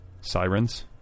Sirens